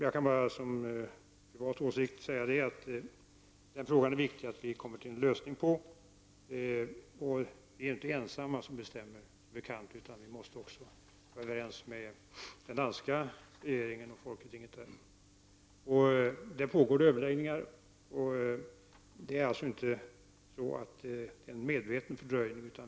Jag kan bara säga, och det är då min privata åsikt, att det är viktigt att vi kommer fram till en lösning i den frågan. Men som bekant är vi inte ensamma om att bestämma. Vi måste ju också vara överens med regeringen och folketinget i Danmark. Överläggningar pågår. Det är alltså inte fråga om en medveten fördröjning.